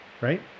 right